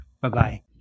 Bye-bye